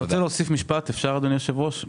הייתי רוצה להוסיף משפט היושב ראש, אם אפשר.